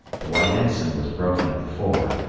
the white ensign was broken at the fore,